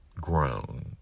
grown